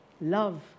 love